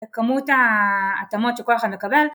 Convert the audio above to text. וכמות ההתאמות שכל אחד מקבל